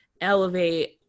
elevate